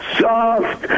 soft